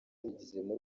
babigizemo